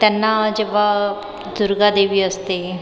त्यांना जेव्हा दुर्गा देवी असते